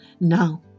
Now